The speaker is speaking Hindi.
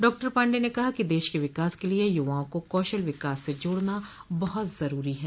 डॉ पाण्डेय ने कहा कि देश के विकास के लिये यूवाओं को कौशल विकास से जोड़ना बहुत ज़रूरी है